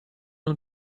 non